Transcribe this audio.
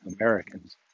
Americans